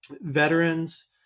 veterans